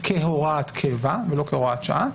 כהוראת קבע ולא כהוראת שעה,